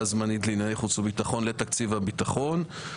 הזמנית לענייני חוץ וביטחון לתקציב הביטחון.